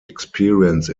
experience